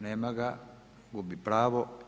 Nema ga, gubi pravo.